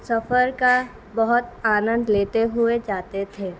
سفر کا بہت آنند لیتے ہوئے جاتے تھے